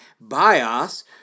Bios